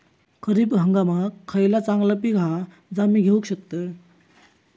खरीप हंगामाक खयला चांगला पीक हा जा मी घेऊ शकतय?